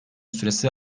süresi